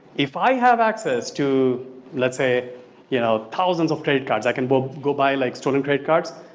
if i have access to let's say you know thousands of trade cards, i can but go buy like stolen credit cards.